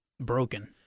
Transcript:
broken